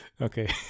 Okay